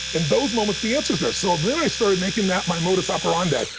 in those moments, the answer's there. so then i started making that my modus operandi.